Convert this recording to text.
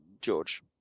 George